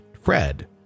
Fred